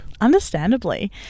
understandably